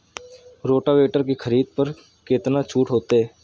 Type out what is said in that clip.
Rotavator के खरीद पर केतना छूट होते?